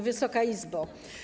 Wysoka Izbo!